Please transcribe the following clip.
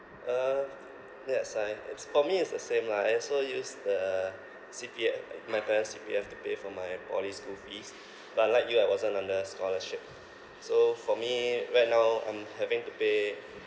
uh yes I have it's for me it's the same lah I also use the C_P_F my parents' C_P_F to pay for my poly school fees but unlike you I wasn't under scholarship so for me right now I'm having to pay